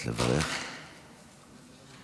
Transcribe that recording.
לברך את